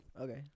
Okay